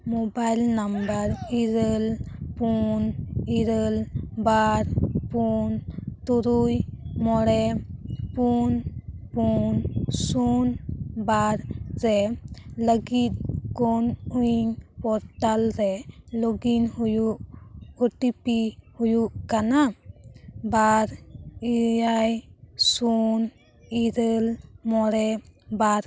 mobile number ᱤᱨᱟᱹᱞ ᱯᱩᱱ ᱤᱨᱟᱹᱞ ᱵᱟᱨ ᱯᱩᱱ ᱛᱩᱨᱩᱭ ᱢᱚᱬᱮ ᱯᱩᱱ ᱯᱩᱱ ᱥᱩᱱ ᱵᱟᱨ ᱨᱮ ᱞᱟᱹᱜᱤᱫ ᱠᱳ ᱩᱭᱤᱱ ᱯᱳᱨᱴᱟᱞ ᱨᱮ ᱞᱚᱜᱤᱱ ᱦᱩᱭᱩᱜ ᱳ ᱴᱤ ᱯᱤ ᱦᱩᱭᱩᱜ ᱠᱟᱱᱟ ᱵᱟᱨ ᱮᱭᱟᱭ ᱥᱩᱱ ᱤᱨᱟᱹᱞ ᱢᱚᱬᱮ ᱵᱟᱨ